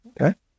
Okay